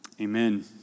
amen